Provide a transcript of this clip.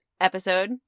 episode